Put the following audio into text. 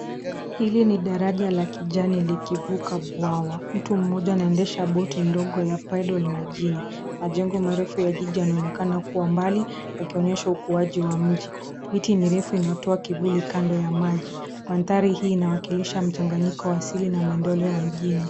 Hili ni daraja la kijani likivuka bwawa. Mtu mmoja anaendesha boti ndogo ya paddle majini. Majengo marefu ya jiji yanaonekana kuwa mbali, yakionyesha ukuaji wa mji. Miti mirefu inatoa kivuli kando ya maji. Mandhari hii inawakilisha mchanganyiko wa asili na maendeleo ya mjini.